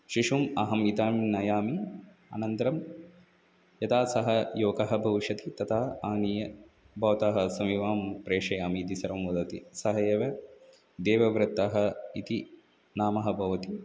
शिशुम् अहम् इतां नयामि अनन्तरं यदा सः युवकः भविष्यति तदा आनीय भवतः समीपं प्रेषयामि इति सर्वं वदति सः एव देवव्रतः इति नाम्नः भवति